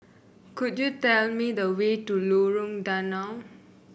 could you tell me the way to Lorong Danau